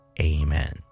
Amen